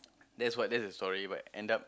that's what that's the story but end up